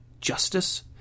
justice